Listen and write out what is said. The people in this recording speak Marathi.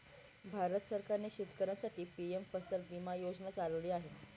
भारत सरकारने शेतकऱ्यांसाठी पी.एम फसल विमा योजना चालवली आहे